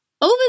Over